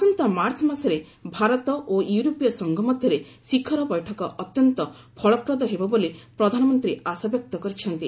ଆସନ୍ତା ମାର୍ଚ୍ଚ ମାସରେ ଭାରତ ଓ ୟୁରୋପୀୟ ସଂଘ ମଧ୍ୟରେ ଶିଖର ବୈଠକ ଅତ୍ୟନ୍ତ ଫଳପ୍ରଦ ହେବ ବୋଲି ପ୍ରଧାନମନ୍ତ୍ରୀ ଆଶାବ୍ୟକ୍ତ କରିଛନ୍ତି